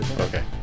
Okay